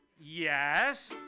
Yes